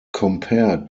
compared